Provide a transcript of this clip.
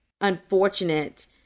unfortunate